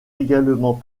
également